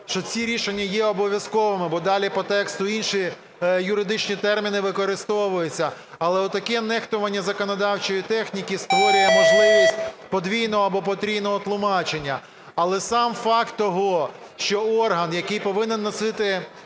що ці рішення є обов'язковими, бо далі по тексту інші юридичні терміни використовуються. Але отаке нехтування законодавчої техніки створює можливість подвійного або потрійного тлумачення. Але сам факт того, що орган, який повинен носити,…